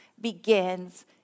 begins